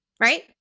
Right